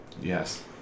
Yes